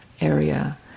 area